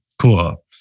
Cool